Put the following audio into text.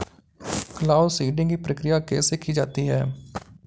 Cloud seeding की प्रक्रिया कैसे की जाती है?